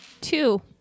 Two